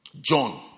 John